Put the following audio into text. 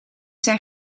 zijn